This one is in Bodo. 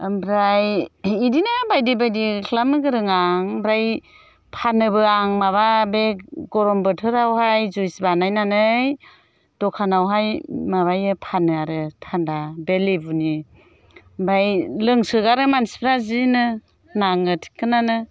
ओमफ्राय बिदिनो बायदि बायदि खालामनो गोरों आं ओमफ्राय फानोबो आं माबा बे गरम बोथोरावहाय जुइस बानायनानै दखानावहाय माबायो फानो आरो थान्दा बे लेबुनि ओमफ्राय लोंसोगारो मानसिफ्रा जिनो नाङो थिखोनानो